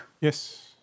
Yes